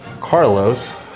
Carlos